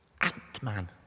Ant-Man